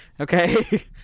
Okay